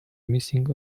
missing